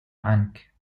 عنك